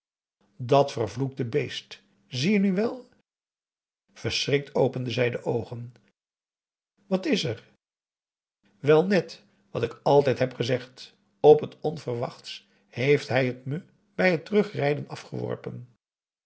dat vervloekte beest zie je nu wel verschrikt opende zij de oogen wat is er wel net wat ik altijd heb gezegd op het onverwachts heeft het me bij het terugrijden afgeworpen